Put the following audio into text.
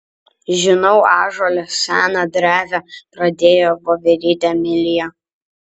žinau ąžuole seną drevę pradėjo voverytė emilija